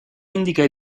indica